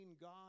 God